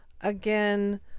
Again